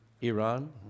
Iran